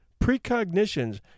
precognitions